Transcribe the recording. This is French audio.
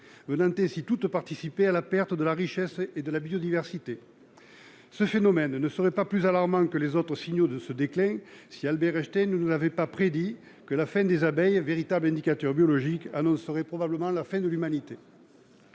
viennent toutes participer à la perte de la richesse et de la biodiversité. Ce phénomène ne serait pas plus alarmant que les autres signaux de ce déclin si Albert Einstein n'avait pas prédit que la fin des abeilles, véritables indicateurs biologiques, annoncerait probablement la fin de l'humanité.